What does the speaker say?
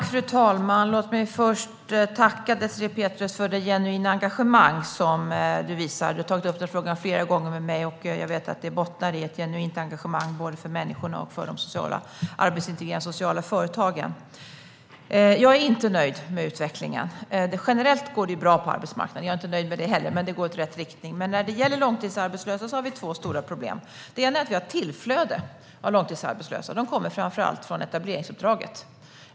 Fru talman! Låt mig först tacka dig, Désirée Pethrus, för det genuina engagemang som du visar. Du har tagit upp denna fråga flera gånger med mig, och jag vet att det bottnar i ett genuint engagemang både för människorna och för de arbetsintegrerande sociala företagen. Jag är inte nöjd med utvecklingen. Generellt går det bra på arbetsmarknaden. Jag är inte nöjd med det heller, men det går i rätt riktning. Men när det gäller långtidsarbetslösa har vi två stora problem. Det ena är att vi har ett tillflöde av långtidsarbetslösa. De kommer framför allt från etableringsuppdraget.